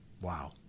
wow